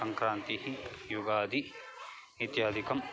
सङ्क्रान्तिः युगादि इत्यादिकम्